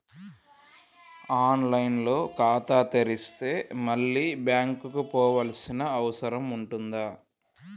On line లో ఖాతా తెరిస్తే మళ్ళీ బ్యాంకుకు పోవాల్సిన అవసరం ఉంటుందా?